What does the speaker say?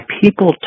people